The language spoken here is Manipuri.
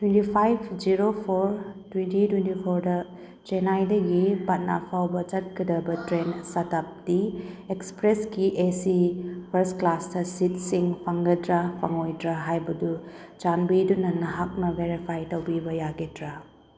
five zero four twenty twenty ꯐꯣꯔꯗ ꯆꯦꯟꯅꯥꯏꯗꯒꯤ ꯄꯠꯅꯥꯐꯥꯎꯕ ꯆꯠꯀꯗꯕ ꯇ꯭ꯔꯦꯟ ꯁꯇꯥꯞꯇꯤ ꯑꯦꯛꯁꯄ꯭ꯔꯦꯁꯀꯤ ꯑꯦ ꯁꯤ ꯐꯥꯔꯁ ꯀ꯭ꯂꯥꯁꯇ ꯁꯤꯠꯁꯤꯡ ꯐꯪꯒꯗ꯭ꯔꯥ ꯐꯪꯉꯣꯏꯗ꯭ꯔꯥ ꯍꯥꯏꯕꯗꯨ ꯆꯥꯟꯕꯤꯗꯨꯅ ꯅꯍꯥꯛꯅ ꯕꯦꯔꯤꯐꯥꯏ ꯇꯧꯕꯤꯕ ꯌꯥꯒꯗ꯭ꯔꯥ